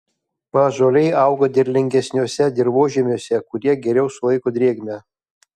paąžuoliai auga derlingesniuose dirvožemiuose kurie geriau sulaiko drėgmę